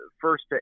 first